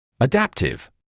Adaptive